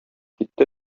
китте